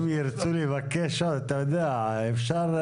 אם ירצו לבקש אפשר.